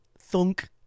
thunk